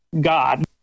God